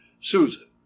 Susan